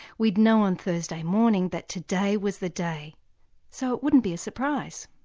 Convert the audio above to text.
we'd know on thursday morning that today was the day so it wouldn't be a surprise